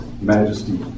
majesty